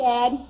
Dad